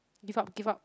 give up give up